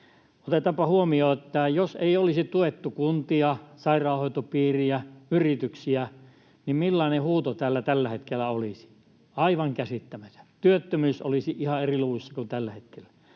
Otetaanpa huomioon se, että jos ei olisi tuettu kuntia, sairaanhoitopiirejä, yrityksiä, niin millainen huuto täällä tällä hetkellä olisi? Aivan käsittämätön. Työttömyys olisi ihan eri luvuissa kuin tällä hetkellä.